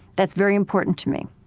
that's very important to me.